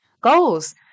goals